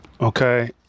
okay